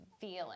feeling